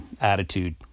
attitude